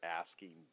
asking